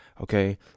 Okay